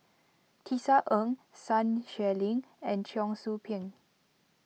Tisa Ng Sun Xueling and Cheong Soo Pieng